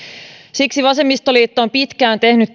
siksi vasemmistoliitto on pitkään tehnyt